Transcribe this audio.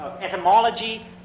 etymology